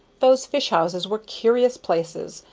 those fish-houses were curious places,